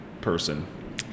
person